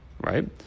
right